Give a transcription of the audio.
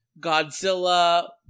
Godzilla